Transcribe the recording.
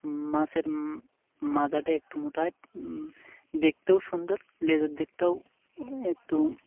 মাছের মাজাটা একটু মোটা হয় দেখতেও সুন্দর লেজের দিকটাও একটু